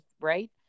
right